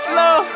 Slow